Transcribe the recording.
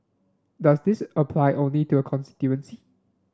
does this apply only to her constituency